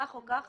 כך או כך,